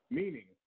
meaning